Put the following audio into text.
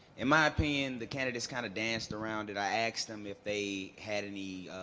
in my opinion, the candidates kind of danced around. and i asked them if they had any